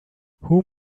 whom